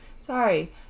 Sorry